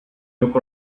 look